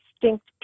distinct